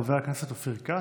חבר הכנסת אופיר כץ.